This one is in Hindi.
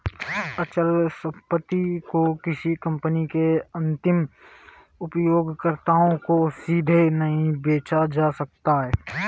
अचल संपत्ति को किसी कंपनी के अंतिम उपयोगकर्ताओं को सीधे नहीं बेचा जा सकता है